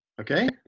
Okay